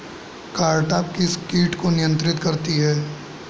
Cartap किस किट को नियंत्रित करती है?